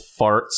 farts